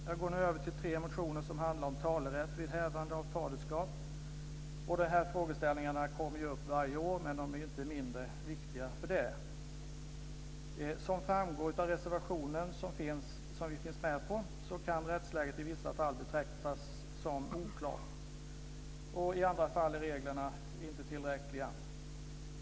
Jag går nu över till tre motioner som handlar om talerätt vid hävande av faderskap. De här frågeställningarna kommer ju upp varje år, men de är inte mindre viktiga för det. Som framgår av reservationen där vi finns med så kan rättsläget i vissa fall betraktas som oklart. I andra fall är reglerna inte tillräckliga.